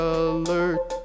alert